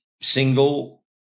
single